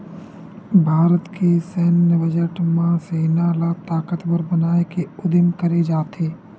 भारत के सैन्य बजट म सेना ल ताकतबर बनाए के उदिम करे जाथे